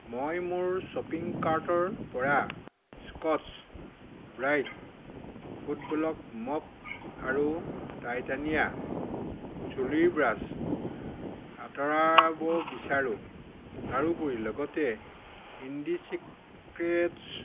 মই মোৰ শ্বপিং কাৰ্টৰ পৰা স্কটচ্ছ ব্ৰাইট ফুটবলক মপ আৰু টাইটানিয়া চুলিৰ ব্ৰাছ আঁতৰাব বিচাৰোঁ তাৰোপৰি লগতে ইণ্ডি ছিক্ৰেট্ছ